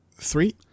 Three